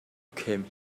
came